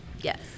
Yes